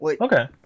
Okay